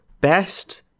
best